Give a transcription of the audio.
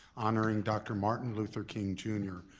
honoring dr. martin luther king, jr.